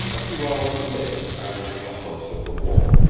a few hours later i was at the house of the wolf,